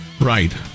Right